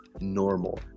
normal